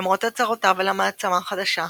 למרות הצהרותיו על המעצמה החדשה,